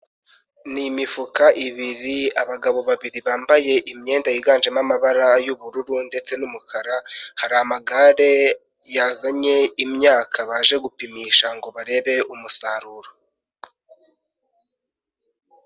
Ni imifuka ibiri, abagabo babiri bambaye imyenda yiganjemo amabara y'ubururu ndetse n'umukara, hari amagare yazanye imyaka baje gupimisha ngo barebe umusaruro.